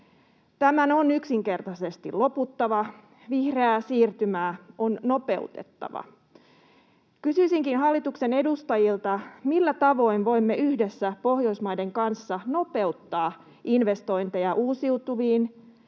Tämän on yksinkertaisesti loputtava, vihreää siirtymää on nopeutettava. Kysyisinkin hallituksen edustajilta: millä tavoin voimme yhdessä Pohjoismaiden kanssa nopeuttaa investointeja uusiutuviin